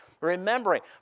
Remembering